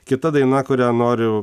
kita daina kurią noriu